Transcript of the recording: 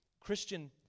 Christian